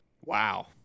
Wow